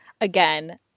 again